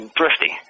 thrifty